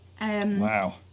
Wow